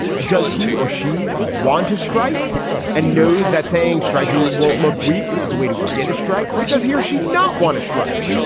does he or she want to strike and knows that saying strike, you you won't look weak is a way to get a strike? or does he or she not want to strike?